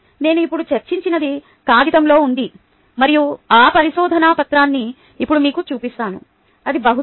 నేను ఇప్పుడు చర్చించినది కాగితంలో ఉంది మరియు ఆ పరిశోధన పత్రాన్ని ఇప్పుడు మీకు చూపిస్తాను అది బహుశా